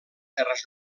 terres